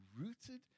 rooted